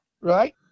right